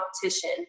competition